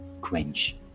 quench